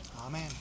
Amen